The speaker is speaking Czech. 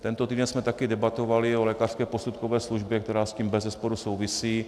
Tento týden jsme také debatovali o lékařské posudkové službě, která s tím bezesporu souvisí.